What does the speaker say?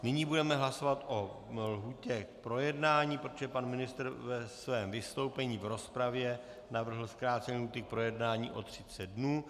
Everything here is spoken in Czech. Nyní budeme hlasovat o lhůtě k projednání, protože pan ministr ve svém vystoupení v rozpravě navrhl zkrácení lhůty k projednání o 30 dní.